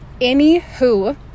anywho